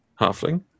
halfling